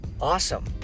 awesome